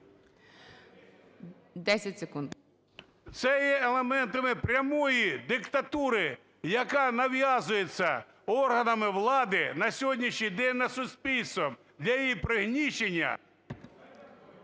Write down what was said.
Це є елементами прямої диктатури, яка нав'язується органами влади на сьогоднішній день над суспільством, для її пригнічення…